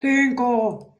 cinco